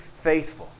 faithful